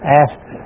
asked